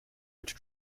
which